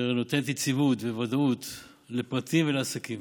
אשר נותנת יציבות וודאות לפרטים ולעסקים